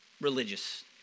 religious